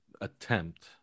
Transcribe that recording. attempt